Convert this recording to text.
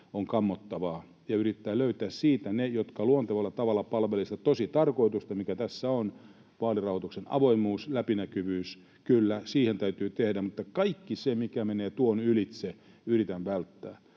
on kammottavaa. Yritetään löytää siitä ne, jotka luontevalla tavalla palvelisivat tositarkoitusta, mikä tässä on, vaalirahoituksen avoimuus, läpinäkyvyys — kyllä, siihen täytyy tehdä, mutta kaikkea sitä, mikä menee tuon ylitse, yritän välttää.